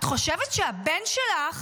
את חושבת שהבן שלך